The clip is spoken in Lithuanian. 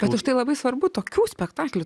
bet užtai labai svarbu tokių spektaklių